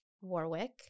Warwick